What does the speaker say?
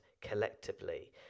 collectively